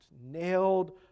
nailed